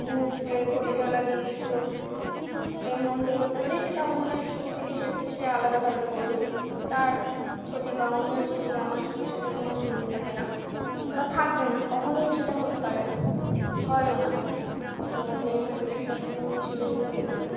মুহুর্তে ঘটে চলা জিনিসগুলো ফ্রেমবন্দি করতে পারি সেটা অন্যের চোখ থেকে সে সে আলাদাভাবে করবে তার ছবি বা অন্যের ছবি আমার ছবির সাথে কোনো মিল থাকে না বা থাকবে না কখনোই সেটা হতে পারে না হয়ও না তো আমি আমার বিশেষত্ব হিসেবে এগুলো বলতে পারি